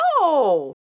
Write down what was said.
no